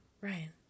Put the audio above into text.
Ryan